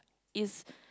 is